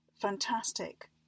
fantastic